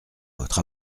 votre